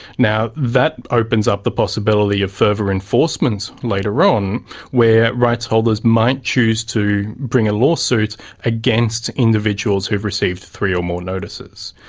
that opens up the possibility of further enforcements later on where rights holders might choose to bring a lawsuit against individuals who've received three or more notices.